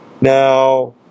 Now